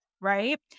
right